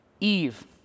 Eve